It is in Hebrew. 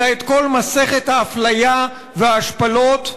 אלא את כל מסכת האפליה וההשפלות,